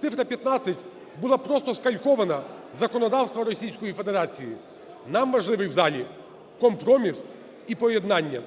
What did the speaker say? цифра 15 була просто скалькована із законодавства Російської Федерації. Нам важливий в залі компроміс і поєднання,